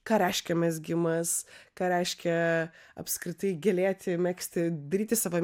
ką reiškia mezgimas ką reiškia apskritai gilėti megzti daryti savo